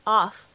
off